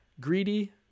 greedy